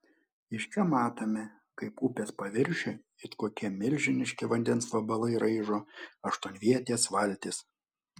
iš čia matome kaip upės paviršių it kokie milžiniški vandens vabalai raižo aštuonvietės valtys